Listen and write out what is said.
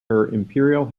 imperial